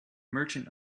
merchant